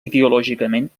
ideològicament